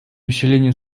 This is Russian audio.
усиление